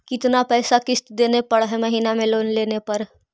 कितना पैसा किस्त देने पड़ है महीना में लोन लेने पर?